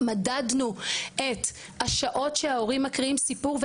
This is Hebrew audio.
מדדנו את השעות שההורים מקריאים סיפור,